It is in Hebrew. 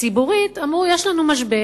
ציבורית אמרו: יש לנו משבר,